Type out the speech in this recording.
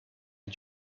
est